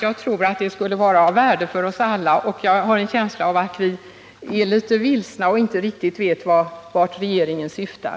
Jag tror det skulle vara av värde för oss alla. Jag har en känsla av att vi är litet vilsna och inte riktigt vet vart regeringen syftar.